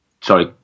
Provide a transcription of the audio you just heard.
Sorry